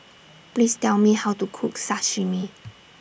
Please Tell Me How to Cook Sashimi